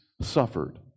suffered